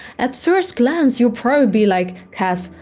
at first glance, you'll probably be like, cas,